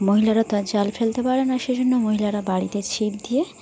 মহিলারা তো আর জাল ফেলতে পারে না সেজন্য মহিলারা বাড়িতে ছিপ দিয়ে